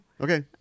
okay